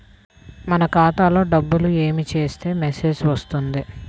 మన ఖాతాలో డబ్బులు ఏమి చేస్తే మెసేజ్ వస్తుంది?